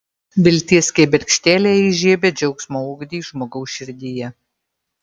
vilties kibirkštėlė įžiebia džiaugsmo ugnį žmogaus širdyje